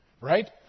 right